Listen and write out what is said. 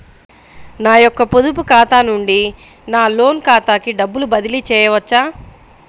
నా యొక్క పొదుపు ఖాతా నుండి నా లోన్ ఖాతాకి డబ్బులు బదిలీ చేయవచ్చా?